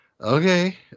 okay